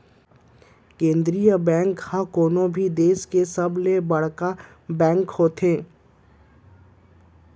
केंद्रीय बेंक ह कोनो भी देस के सबले बड़का बेंक होथे